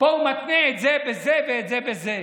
פה הוא מתנה את זה בזה ואת זה בזה.